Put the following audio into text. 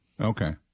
Okay